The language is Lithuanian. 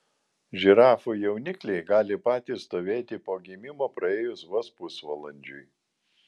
žirafų jaunikliai gali patys stovėti po gimimo praėjus vos pusvalandžiui